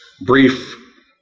brief